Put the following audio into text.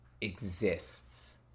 exists